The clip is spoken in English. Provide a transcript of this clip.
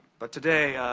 but, today,